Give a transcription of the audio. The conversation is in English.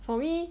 for me